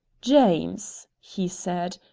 james, he said,